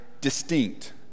distinct